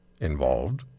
involved